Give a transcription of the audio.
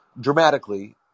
dramatically